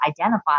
identify